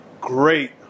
great